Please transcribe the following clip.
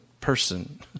person